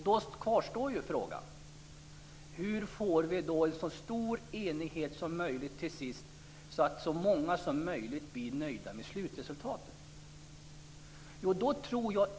Då kvarstår frågan: Hur får vi en så stor enighet som möjligt så att så många som möjligt blir nöjda med slutresultatet?